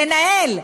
לנהל,